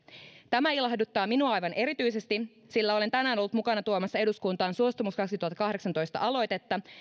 tämä ilahduttaa minua aivan erityisesti sillä olen tänään ollut mukana tuomassa eduskuntaan suostumus kaksituhattakahdeksantoista aloitetta